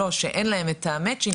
3 שאין להם את המצ'ינג,